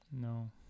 No